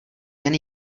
jen